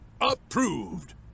Approved